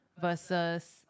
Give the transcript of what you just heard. versus